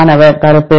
மாணவர் கருப்பு